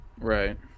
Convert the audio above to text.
Right